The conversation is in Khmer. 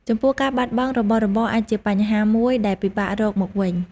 ចំពោះ ការបាត់របស់របរអាចជាបញ្ហាមួយដែលពិបាករកមកវិញ។